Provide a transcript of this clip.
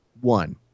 One